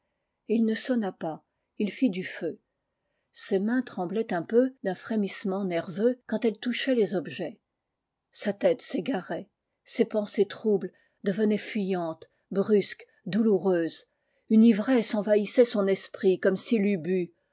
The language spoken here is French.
il ne sonna pas il fit du feu ses mains tremblaient un peu d'un frémissement nerveux quand elles touchaient les objets sa tête s'égarait ses pensées troubles devenaient fuyantes brusques douloureuses une ivresse envahissait son esprit comme s'il eût bu